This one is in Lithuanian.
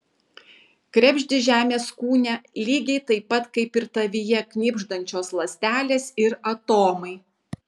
krebždi žemės kūne lygiai taip pat kaip ir tavyje knibždančios ląstelės ir atomai